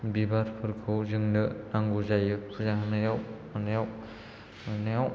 बिबारफोरखौ जोंनो नांगौ जायो फुजा होनायाव थांनायाव